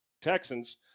Texans